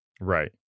Right